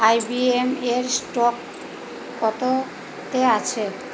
আইবিএময়ের stock কতোতে আছে